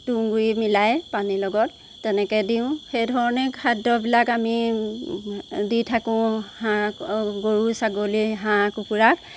তুঁহগুৰি মিলাই পানী লগত তেনেকৈ দিওঁ সেই ধৰণেই খাদ্যবিলাক আমি দি থাকো হাঁহ গৰু ছাগলী হাঁহ কুকুৰাক